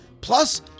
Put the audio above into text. Plus